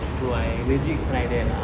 bro I legit cry there lah ah